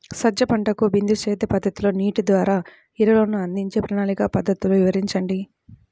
సజ్జ పంటకు బిందు సేద్య పద్ధతిలో నీటి ద్వారా ఎరువులను అందించే ప్రణాళిక పద్ధతులు వివరించండి?